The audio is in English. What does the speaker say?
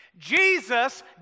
Jesus